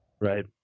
Right